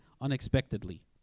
unexpectedly